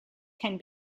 can